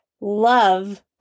love